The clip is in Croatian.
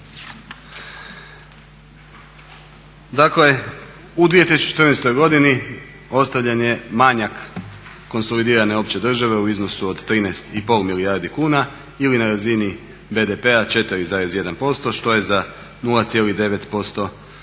Dakle u 2014.godini ostavljen je manjak konsolidirane opće države u iznosu od 13,5 milijardi kuna ili na razini BDP-a 4,1% što je za 0,9% boda